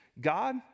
God